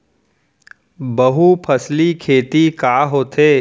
बहुफसली खेती का होथे?